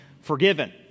forgiven